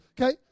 okay